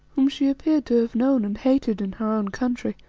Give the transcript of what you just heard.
whom she appeared to have known and hated in her own country,